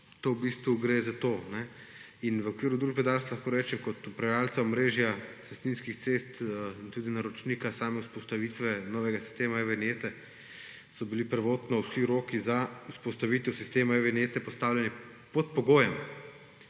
to v bistvu gre za to. V okviru družbe Dars kot upravljavca omrežja cestninskih cest in tudi naročnika same vzpostavitve novega sistema e-vinjete, so bili prvotno vsi roki za vzpostavitev sistema e-vinjete postavljeni pod pogojem,